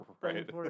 right